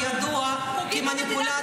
לא מתביישת לפגוע במדינת